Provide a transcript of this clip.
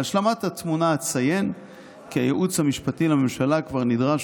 להשלמת התמונה אציין כי הייעוץ המשפטי לממשלה כבר נדרש